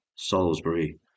Salisbury